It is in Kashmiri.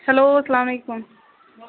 ہٮ۪لو اسلامُ علیکُم